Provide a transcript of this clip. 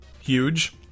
Huge